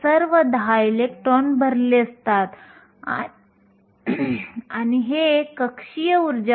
सिलिकॉनच्या बाबतीतme सुमारे 0